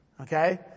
Okay